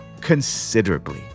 considerably